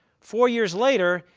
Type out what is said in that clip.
four years later,